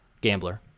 gambler